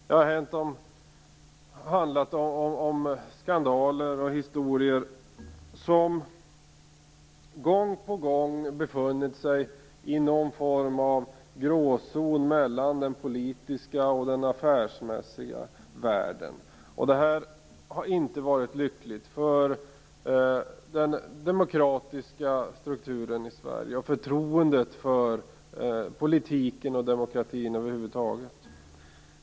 Det har handlat om skandaler och historier som gång på gång befunnit sig i någon form av gråzon mellan den politiska och den affärsmässiga världen. Detta har inte varit lyckligt för den demokratiska strukturen i Sverige eller för förtroendet för politiken och demokratin över huvud taget.